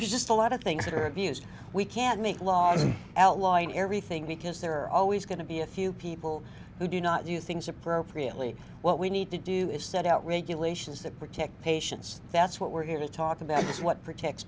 was just a lot of things that are abused we can't make laws outlawing everything because there are always going to be a few people who do not new things appropriately what we need to do is set out regulations that protect patients that's what we're here to talk about is what protects